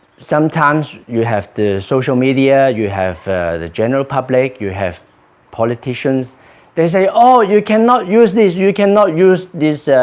sometimes you have the social media you have the general public you have politicians they say oh you cannot use this you cannot use this